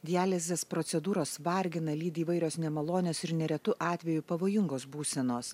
dializės procedūros vargina lydi įvairios nemalonios ir neretu atveju pavojingos būsenos